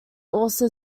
also